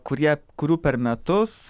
kurie kurių per metus